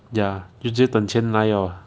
ya ya 就直接等钱来 liao